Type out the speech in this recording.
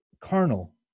carnal